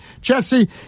Jesse